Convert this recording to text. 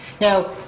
Now